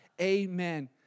Amen